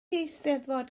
eisteddfod